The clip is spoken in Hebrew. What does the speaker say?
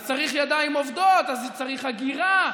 אז צריך ידיים עובדות, אז צריך הגירה.